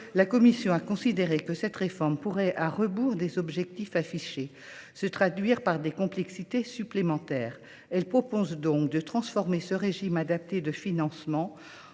La commission a considéré que cette réforme pourrait, à rebours des objectifs affichés, se traduire par des complexités supplémentaires. Elle propose donc de transformer ce régime adapté de financement